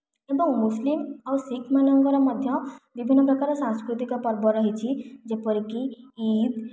ଏବଂ ମୁସଲିମ ଆଉ ଶିଖ ମାନଙ୍କର ମଧ୍ୟ ବିଭିନ୍ନ ପ୍ରକାରର ସାଂସ୍କୃତିକ ପର୍ବ ରହିଛି ଯେପରିକି ଇଦ୍